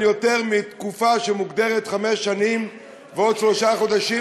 יותר מתקופה שמוגדרת חמש שנים ועוד שלושה חודשים,